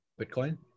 Bitcoin